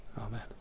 amen